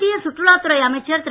மத்திய சுற்றுலா துறை அமைச்சர் திரு